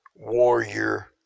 warrior